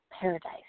Paradise